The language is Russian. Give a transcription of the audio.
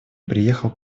приехал